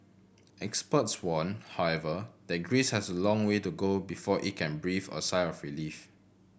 experts warn however that Greece has a long way to go before it can breathe a sigh of relief